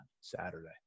Saturday